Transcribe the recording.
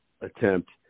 attempt